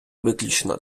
виключно